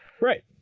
Right